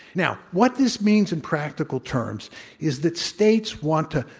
now, what this means in practical terms is that states want to,